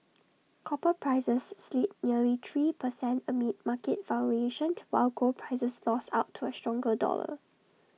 copper prices slid nearly three per cent amid market while gold prices lost out to A stronger dollar